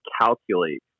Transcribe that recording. calculate